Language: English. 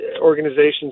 organizations